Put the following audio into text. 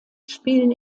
spielen